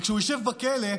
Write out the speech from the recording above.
וכשהוא ישב בכלא,